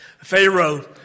Pharaoh